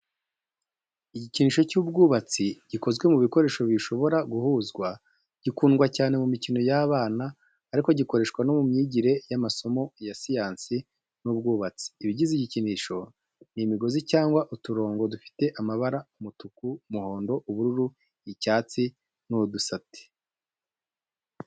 Igikinisho cy’ubwubatsi gikozwe mu bikoresho bishobora guhuzwa, gikundwa cyane mu mikino y’abana, ariko gikoreshwa no mu myigire y’amasomo ya siyansi n’ubwubatsi. Ibigize igikinisho ni imigozi cyangwa uturongo dufite amabara umutuku, umuhondo, ubururu, icyatsi. Ni udusate.